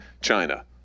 China